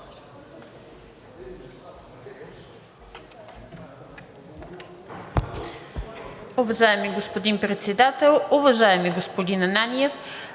Уважаеми господин Председател, уважаеми госпожи и